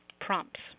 prompts